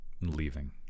leaving